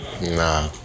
Nah